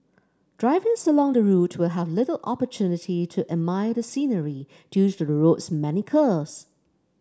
drivers along the route will have little opportunity to admire the scenery due to the road's many curves